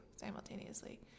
simultaneously